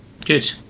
good